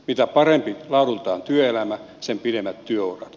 mitä parempi laadultaan työelämä sen pidemmät työurat